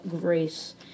Grace